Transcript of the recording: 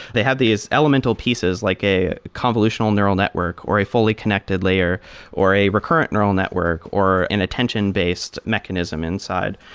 they have these elemental pieces like a convolutional neural network or a fully connected layer or a recurrent neural network or an attention-based mechanism inside.